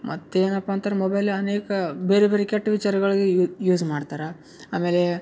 ಮತ್ತು ಏನಪ್ಪ ಅಂದ್ರ್ ಮೊಬೈಲ್ ಅನೇಕ ಬೇರೆ ಬೇರೆ ಕೆಟ್ಟ ವಿಚಾರಗಳಿಗೆ ಯೂಸ್ ಮಾಡ್ತಾರೆ ಆಮೇಲೆ